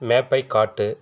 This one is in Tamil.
மேப்பைக் காட்டு